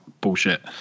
bullshit